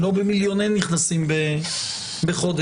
אם לא במיליוני נכנסים בחודש,